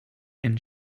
and